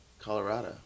Colorado